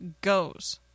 goes